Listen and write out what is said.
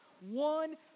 one